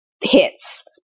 hits